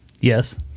Yes